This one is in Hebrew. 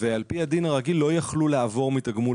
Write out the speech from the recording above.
ועל פי הדין הרגיל לא יכלו לעבור מתגמול